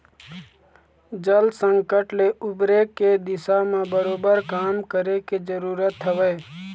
जल संकट ले उबरे के दिशा म बरोबर काम करे के जरुरत हवय